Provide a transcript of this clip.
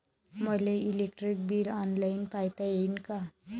मले electric bill online पायता येईन का?